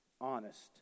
honest